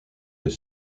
est